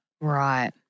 Right